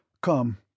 Come